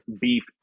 beef